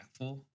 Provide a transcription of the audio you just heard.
impactful